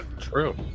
True